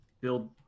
build